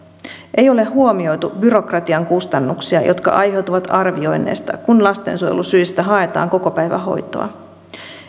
ei ole huomioitu byrokratian kustannuksia jotka aiheutuvat arvioinneista kun lastensuojelusyistä haetaan kokopäivähoitoa